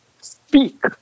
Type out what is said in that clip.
speak